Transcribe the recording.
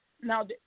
now